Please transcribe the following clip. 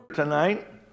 tonight